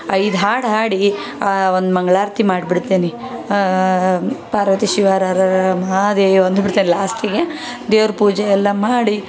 ಐದು ಹಾಡು ಹಾಡಿ ಒಂದು ಮಂಗಳಾರ್ತಿ ಮಾಡ್ಬಿಡ್ತೀನಿ ಪಾರ್ವತಿ ಶಿವ ಹರ ಹರ ಮಹಾದೇವ ಅಂದು ಬಿಡ್ತೆ ಲಾಸ್ಟಿಗೆ ದೇವ್ರ ಪೂಜೆ ಎಲ್ಲ ಮಾಡಿ